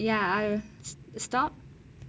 ya I will stop